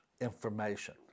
information